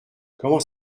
comment